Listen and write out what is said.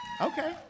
Okay